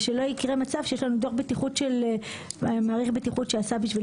שלא יקרה מצב שיש לנו דוח בטיחות של מעריך בטיחות שעשה בשביל